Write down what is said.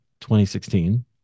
2016